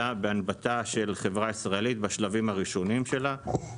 בהנבטה של חברה ישראלית בשלבים הראשונים שלה.